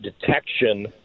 detection